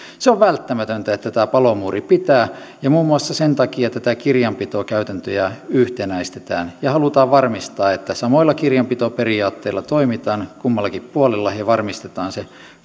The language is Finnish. se on välttämätöntä että tämä palomuuri pitää ja muun muassa sen takia tätä kirjanpitokäytäntöä yhtenäistetään ja halutaan varmistaa että samoilla kirjanpitoperiaatteilla toimitaan kummallakin puolella ja varmistetaan se